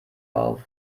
auf